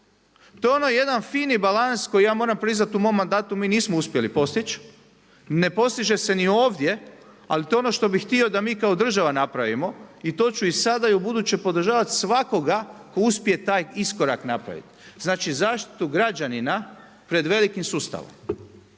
To je ono jedan fini balans, koji ja moram priznati u mom mandatu, mi nismo uspjeli postići. Ne postiže se ni ovdje, ali to je ono što bi htio da mi kao država napravimo i to ću i sada i ubuduće podržavati svakoga tko uspije taj iskorak napraviti. Znači zaštitu građanina pred velikim sustavom.